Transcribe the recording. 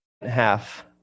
half